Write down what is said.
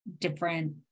different